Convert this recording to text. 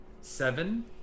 Seven